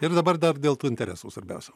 ir dabar dar dėl tų interesų svarbiausių